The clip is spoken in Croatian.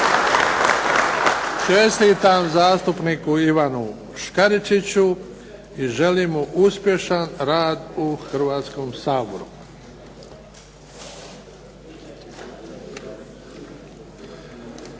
Čestitam zastupniku Ivanu Škaričiću i želim mu uspješan rad u Hrvatskom saboru.